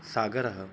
सागरः